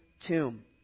tomb